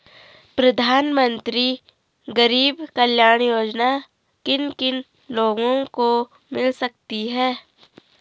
प्रधानमंत्री गरीब कल्याण योजना किन किन लोगों को मिल सकती है?